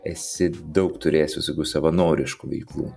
esi daug turėjęs visokių savanoriškų veiklų